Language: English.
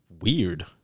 weird